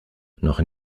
noch